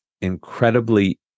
incredibly